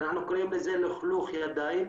שאנחנו קוראים לזה לכלוך ידיים,